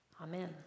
Amen